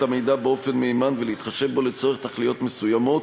המידע באופן מהימן ולהתחשב בו לצורך תכליות מסוימות,